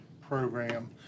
program